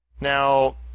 Now